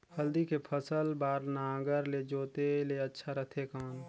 हल्दी के फसल बार नागर ले जोते ले अच्छा रथे कौन?